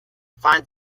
find